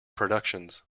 productions